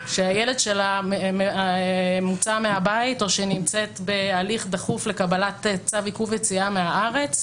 שהילד שלה מוצא מהבית או שנמצאת בהליך דחוף לקבלת צו עיכוב יציאה מהארץ,